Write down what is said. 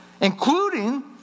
Including